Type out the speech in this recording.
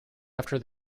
after